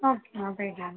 ஓகேம்மா தேங்க்யூ